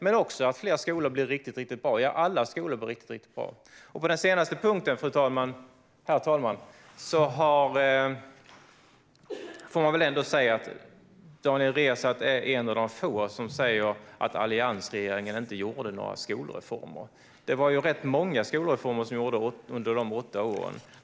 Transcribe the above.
Men man bör också se till att fler skolor - ja, alla skolor - blir riktigt bra. På den senaste punkten, herr talman, får man väl ändå säga att Daniel Riazat är en av de få som säger att alliansregeringen inte gjorde några skolreformer. Det var ju rätt många skolreformer som gjordes under dessa åtta år.